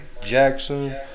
Jackson